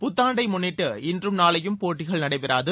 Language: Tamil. புத்தாண்டை முன்னிட்டு இன்றும் நளையும் போட்டிகள் நடைபெறாது